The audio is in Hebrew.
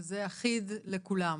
וזה אחיד לכולם.